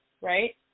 Right